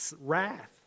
wrath